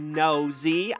nosy